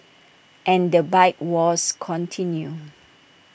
and the bike wars continue